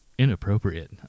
Inappropriate